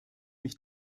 mich